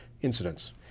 Incidents